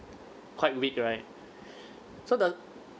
quite weak right so the